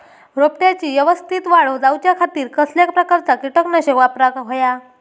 रोपट्याची यवस्तित वाढ जाऊच्या खातीर कसल्या प्रकारचा किटकनाशक वापराक होया?